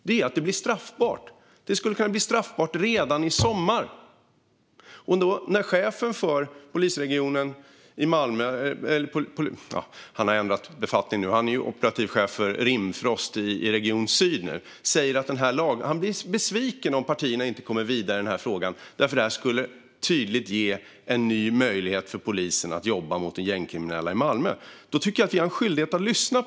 Det blir då straffbart. Det skulle kunna bli straffbart redan i sommar. När chefen för polisregionen i Malmö - han har ändrat befattning nu och är operativ chef för Rimfrost i Region syd - säger att han blir besviken om partierna inte kommer vidare i frågan eftersom detta skulle ge en ny möjlighet för polisen att jobba mot de gängkriminella i Malmö tycker jag att vi har en skyldighet att lyssna.